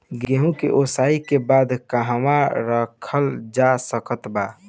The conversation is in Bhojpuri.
गेहूँ के ओसाई के बाद कहवा रखल जा सकत बा?